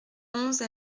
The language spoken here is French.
onze